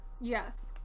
yes